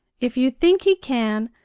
if you think he can,